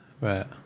Right